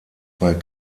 bei